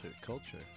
Culture